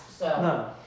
No